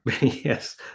Yes